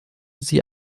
sie